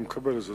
אני מקבל את זה.